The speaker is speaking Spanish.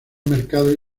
mercados